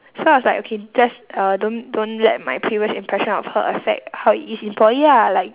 so I was like okay just uh don't don't let my previous impression of her affect how it is in poly ah like